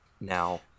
Now